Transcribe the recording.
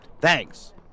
Thanks